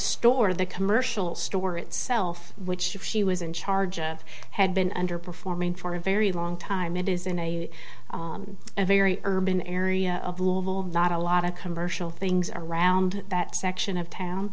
store the commercial store itself which she was in charge of had been underperforming for a very long time it is in a very urban area of level not a lot of commercial things around that section of town